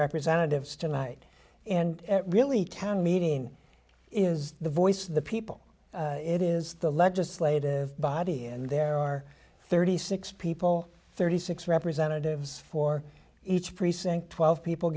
representatives tonight and really town meeting is the voice of the people it is the legislative body and there are thirty six people thirty six representatives for each precinct twelve people